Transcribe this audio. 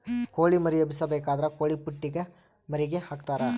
ಕೊಳಿ ಮರಿ ಎಬ್ಬಿಸಬೇಕಾದ್ರ ಕೊಳಿಪುಟ್ಟೆಗ ಮರಿಗೆ ಹಾಕ್ತರಾ